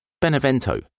Benevento